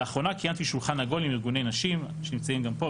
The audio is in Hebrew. לאחרונה קיימתי שולחן עגול עם ארגוני נשים שנמצאים גם פה,